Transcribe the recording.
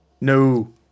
No